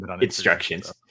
instructions